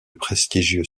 prestigieux